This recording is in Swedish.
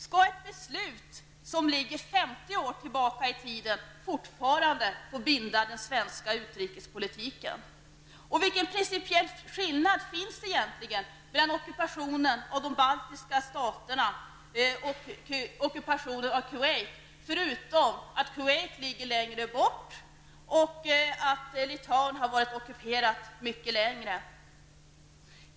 Skall ett beslut som ligger 50 år tillbaka i tiden fortfarande få binda den svenska utrikespolitiken? Vilken principiell skillnad finns egentligan mellan ockupationen av de baltiska staterna och ockupationen av Kuwait, förutom att Litauen har varit ockuperat mycket längre och att Kuwait ligger längre bort?